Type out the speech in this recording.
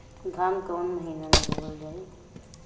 धान कवन महिना में बोवल जाई?